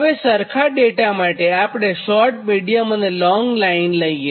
હવેસરખા data માટે આપણે short medium અને લોંગ લાઇન માટે લઇએ